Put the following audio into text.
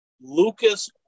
Lucas